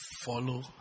Follow